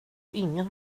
ingen